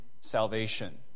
salvation